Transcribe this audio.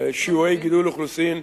שיעורי גידול אוכלוסין אחרים,